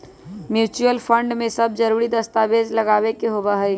mutual fund में सब जरूरी दस्तावेज लगावे के होबा हई